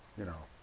you know.